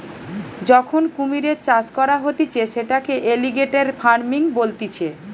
যখন কুমিরের চাষ করা হতিছে সেটাকে এলিগেটের ফার্মিং বলতিছে